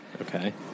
Okay